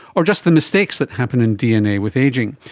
or just the mistakes that happen in dna with ageing.